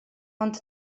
ond